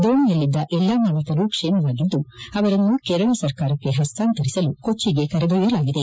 ದೋಣೆಯಲ್ಲಿದ್ದ ಎಲ್ಲಾ ನಾವಿಕರು ಕ್ಷೇಮವಾಗಿದ್ದು ಅವರನ್ನು ಕೇರಳ ಸರ್ಕಾರಕ್ಕೆ ಪಸ್ತಾಂತರಿಸಲು ಕೊಚ್ಚಗೆ ಕರೆದೊಯ್ತಲಾಗಿದೆ